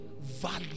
value